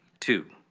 to.